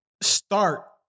start